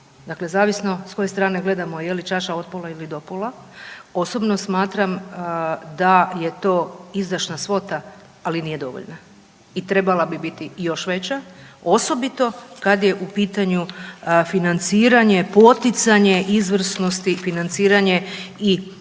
zavisno s koje strane gledamo je li čaša od pola ili do pola. Osobno smatram da je to izdašna svota ali nije dovoljna i trebala bi biti još veća osobito kad je u pitanju financiranje, poticanje izvrsnosti i financiranje i ja